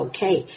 Okay